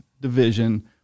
Division